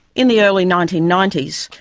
in the early nineteen ninety s,